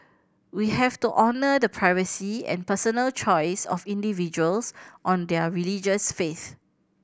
we have to honour the privacy and personal choice of individuals on their religious faith